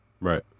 Right